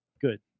good